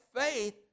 faith